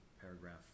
paragraph